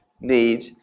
need